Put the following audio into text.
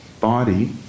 body